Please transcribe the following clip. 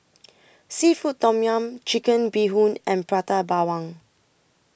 Seafood Tom Yum Chicken Bee Hoon and Prata Bawang